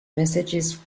messages